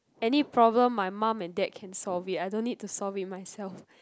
any problem my mum dad can solve it I don't have to solve it myself